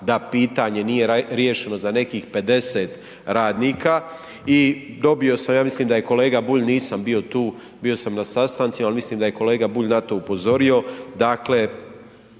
da pitanje nije riješeno za nekih 50 radnika i dobio sam, ja mislim da je kolega Bulj, nisam bio tu, bio sam na sastancima, ali mislim da je kolega Bulj na to upozorio.